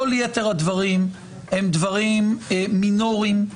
כל יתר הדברים הם דברים מינוריים,